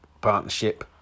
partnership